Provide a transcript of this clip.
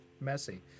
messy